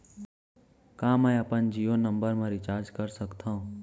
का मैं अपन जीयो नंबर म रिचार्ज कर सकथव?